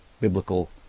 biblical